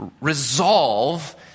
resolve